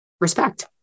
respect